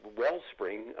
wellspring